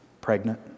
pregnant